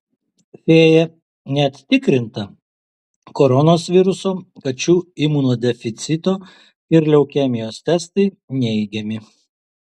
fėja net tikrinta koronos viruso kačių imunodeficito ir leukemijos testai neigiami